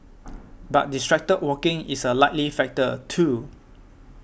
but distracted walking is a likely factor too